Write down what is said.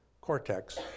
cortex